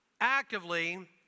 actively